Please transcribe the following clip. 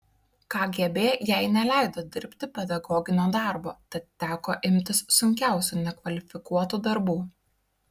kgb jai neleido dirbti pedagoginio darbo tad teko imtis sunkiausių nekvalifikuotų darbų